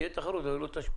תהיה תחרות אבל היא לא תשפיע.